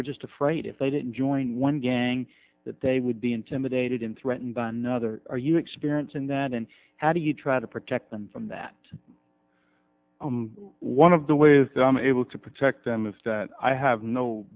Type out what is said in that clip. were just afraid if they didn't join one gang that they would be intimidated and threatened by another are you experiencing that and how do you try to protect them from that one of the ways that i am able to protect them is that i have no